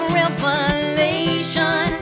revelation